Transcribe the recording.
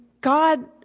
God